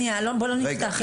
שנייה, בוא לא נפתח את זה.